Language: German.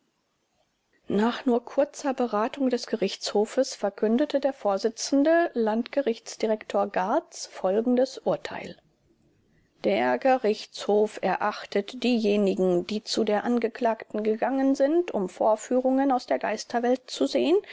nach nur kurzer beratung des gerichtshofes verkündete der vorsitzende landgerichtsdirektor gartz folgendes urteil der gerichtshof erachtet diejenigen die zu der angeklagten gegangen sind um vorführungen aus der geisterwelt zu sehen